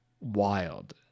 wild